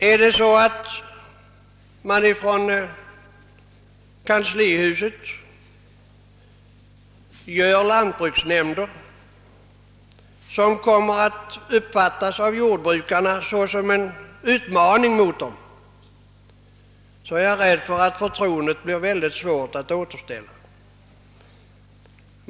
Om man i kanslihuset tillsätter lantbruksnämnder som av jordbrukarna uppfattas som en utmaning mot dem, är jag rädd för att det blir väldigt svårt att återställa förtroendet.